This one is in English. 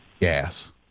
Gas